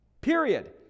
period